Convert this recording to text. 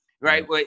right